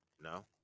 No